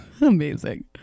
amazing